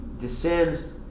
descends